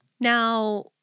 Now